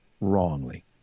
wrongly